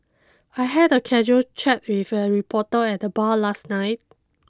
I had a casual chat with a reporter at the bar last night